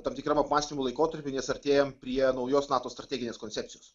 tam tikram apmąstymo laikotarpy nes artėjam prie naujos nato strateginės koncepcijos